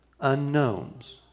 unknowns